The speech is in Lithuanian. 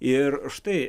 ir štai